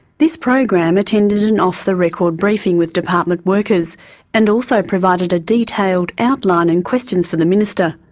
this program attended an off-the-record briefing with department workers and also provided a detailed outline and questions for the minister.